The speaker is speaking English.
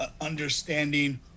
understanding